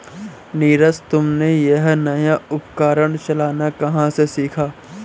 नीरज तुमने यह नया उपकरण चलाना कहां से सीखा?